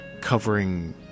covering